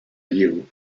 you